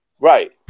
Right